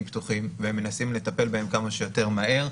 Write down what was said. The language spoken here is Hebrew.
פתוחים והם מנסים לטפל בהם כמה שיותר מהר.